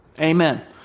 Amen